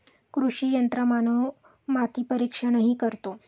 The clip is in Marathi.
कृषी यंत्रमानव माती परीक्षणही करतो